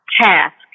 task